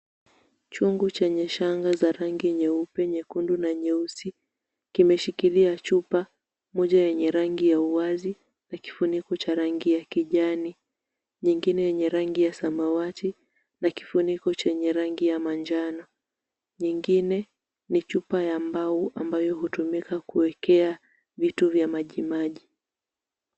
Chungu chenye shanga za rangi nyeupe, nyekundu na nyeusi kimeshikilia chupa, moja yenye rangi ya uwazi na kifuniko cha rangi ya kijani, nyingine yenye rangi ya samawati na kifuniko chenye rangi ya manjano. Nyingine ni chupa ya mbao ambayo hutumika kuekea vitu vya maji maji.